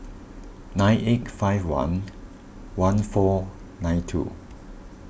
nine eight five one one four nine two